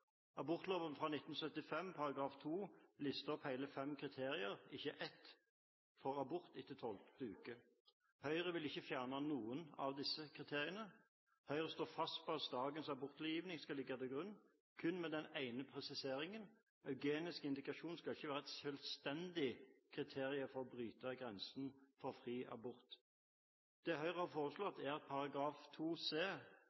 Abortloven fra 1975 § 2 lister opp hele fem kriterier, ikke ett, for abort etter tolvte uke. Høyre vil ikke fjerne noen av disse kriteriene. Høyre står fast på at dagens abortlovgivning skal ligge til grunn, kun med den ene presiseringen – eugenisk indikasjon skal ikke være et selvstendig kriterium for å bryte grensen for fri abort. Det Høyre har foreslått, er at § 2 c),